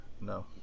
no